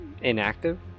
inactive